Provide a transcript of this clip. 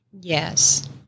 Yes